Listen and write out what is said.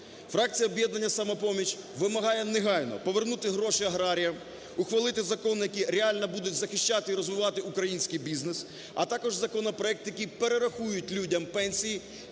Фракція об'єднання "Самопоміч" вимагає негайно повернути гроші аграріям, ухвалити закони, які реально будуть захищати і розвивати український бізнес, а також законопроект, який перерахують людям пенсії